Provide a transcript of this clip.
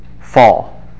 Fall